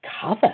cover